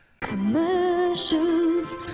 Commercials